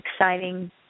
exciting